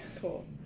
Cool